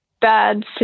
bad